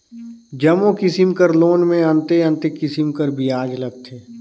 जम्मो किसिम कर लोन में अन्ते अन्ते किसिम कर बियाज लगथे